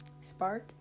spark